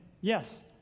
Yes